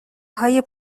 های